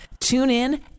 TuneIn